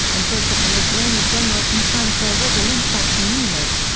and says that an israeli general confirmed there was a link back to munich.